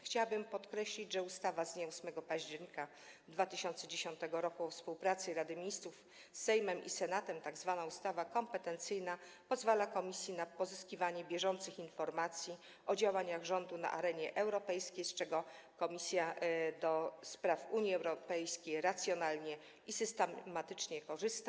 Chciałabym podkreślić, że ustawa z dnia 8 października 2010 r. o współpracy Rady Ministrów z Sejmem i Senatem, tzw. ustawa kooperacyjna, pozwala komisji na pozyskiwanie bieżących informacji o działaniach rządu na arenie europejskiej, z czego Komisja do Spraw Unii Europejskiej racjonalnie i systematycznie korzysta.